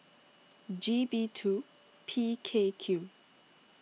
G B two P K Q